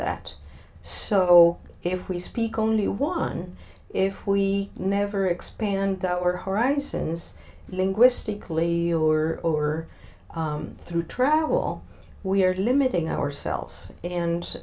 that so if we speak only one if we never expand our horizons linguistically or through travel we are limiting ourselves and